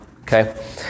Okay